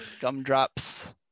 gumdrops